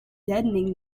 deadening